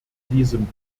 diesem